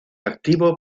activo